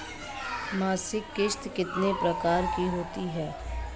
मासिक किश्त कितने प्रकार की होती है?